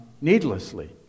needlessly